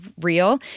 real